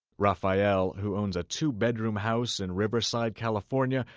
rafael, who owns a two-bedroom house in riverside, calif, ah and